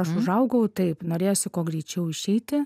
aš užaugau taip norėjosi kuo greičiau išeiti